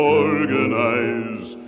organize